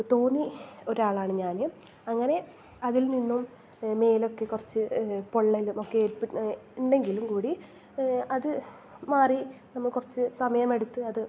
തോന്നി ഒരാളാണ് ഞാൻ അങ്ങനെ അതിൽ നിന്നും മേലൊക്കെ കുറച്ച് പൊള്ളൽ ഒക്കെ ഉണ്ടെങ്കിലും കൂടി അത് മാറി നമ്മൾ കുറച്ച് സമയം എടുത്ത് അത് മാറി